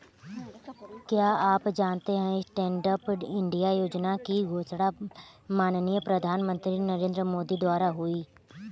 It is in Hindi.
क्या आप जानते है स्टैंडअप इंडिया योजना की घोषणा माननीय प्रधानमंत्री नरेंद्र मोदी द्वारा हुई?